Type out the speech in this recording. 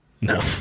No